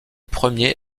premier